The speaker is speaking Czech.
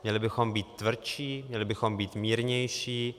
Měli bychom být tvrdší, měli bychom být mírnější?